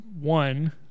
one